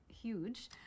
huge